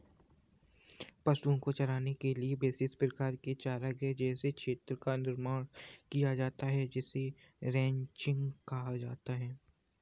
पशुओं को चराने के लिए विशेष प्रकार के चारागाह जैसे क्षेत्र का निर्माण किया जाता है जिसे रैंचिंग कहा जाता है